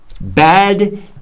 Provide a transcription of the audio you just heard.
Bad